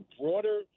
broader